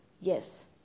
Yes